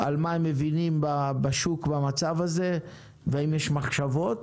מה הם מבינים מהשוק במצב הזה, והאם יש מחשבות,